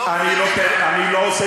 זאת לא פוליטיקה.